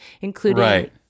including